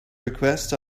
request